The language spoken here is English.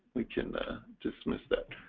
we can dismiss that